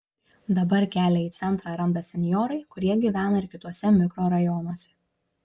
dabar kelią į centrą randa senjorai kurie gyvena ir kituose mikrorajonuose